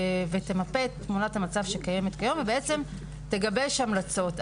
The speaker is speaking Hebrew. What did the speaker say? ותמפה את תמונת המצב שקיימת כיום ובעצם תגבש המלצות.